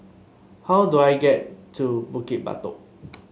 how do I get to Bukit Batok